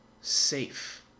safe